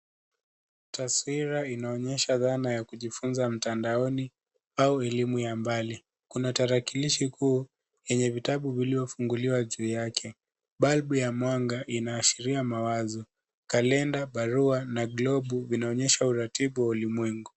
Taswira inaonyesha dhana ya kujifunza mtandaoni au elimu ya mbali. Kuna tarakilishi kuu yenye vitabu vilivyofunguliwa juu yake. Balbu ya mwanga inaashiria mawazo. Kalenda, barua na globu vinaonyesha uratibu wa ulimwengu.